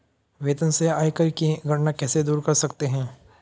वेतन से आयकर की गणना कैसे दूर कर सकते है?